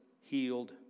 healed